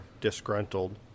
disgruntled